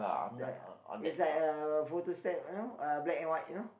the it's like a photo step you know black and white you know